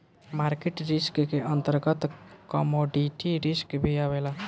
market risk के अंतर्गत commodity risk भी आवेला